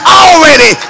already